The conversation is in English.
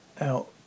out